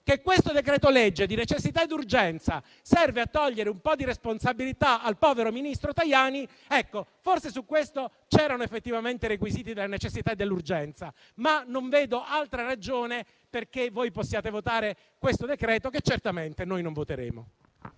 che questo decreto-legge di necessità e d'urgenza serve a togliere un po' di responsabilità al povero ministro Tajani, forse su questo c'erano effettivamente i requisiti della necessità e dell'urgenza. Ma non vedo altra ragione perché voi possiate votare questo decreto, che certamente noi non lo voteremo.